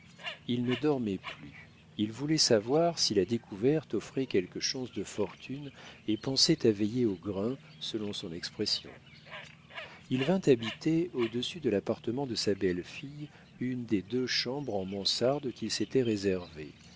il ne dormait plus il voulait savoir si la découverte offrait quelques chances de fortune et pensait à veiller au grain selon son expression il vint habiter au-dessus de l'appartement de sa belle-fille une des deux chambres en mansarde qu'il s'était réservées